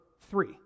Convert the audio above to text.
three